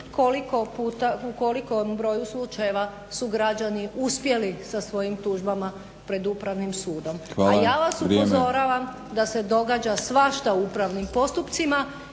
u kolikom broju slučajeva su građani uspjeli sa svojim tužbama pred upravnim sudom. A ja vas upozoravam da se događa svašta u upravnim postupcima